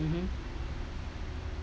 mmhmm